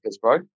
bro